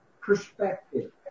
Perspective